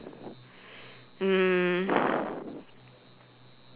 mm